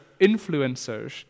influencers